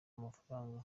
amafaranga